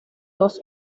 dos